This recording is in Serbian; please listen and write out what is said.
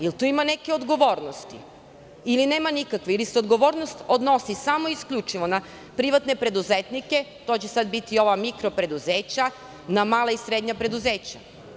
Da li tu ima neke odgovornosti ili nema nikakve ili se odgovornost odnosi isključivo na privatne preduzetnike, to će biti sada mikro preduzeća, na mala i srednja preduzeća.